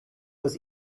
was